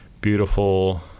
beautiful